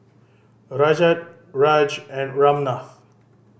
Rajat Raj and Ramnath